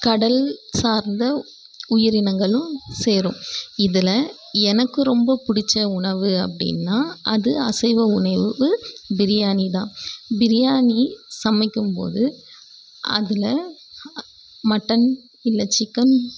கடல் சார்ந்த உயிரினங்களும் சேரும் இதில் எனக்கு ரொம்ப பிடிச்ச உணவு அப்படின்னா அது அசைவ உணவு பிரியாணி தான் பிரியாணி சமைக்கும் போது அதில் மட்டன் இல்லை சிக்கன்